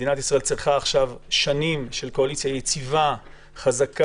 מדינת ישראל צריכה עכשיו שנים של קואליציה יציבה וחזקה,